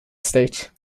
stage